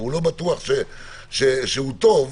והוא לא בטוח שהוא טוב,